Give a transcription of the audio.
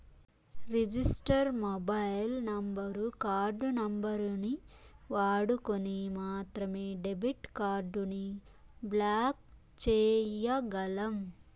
register mobile number, card నంబరుని వాడుకొని మాత్రమే డెబిట్ కార్డుని బ్లాక్ చేయ్యగలం